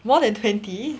more than twenty